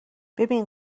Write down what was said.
ببین